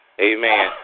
Amen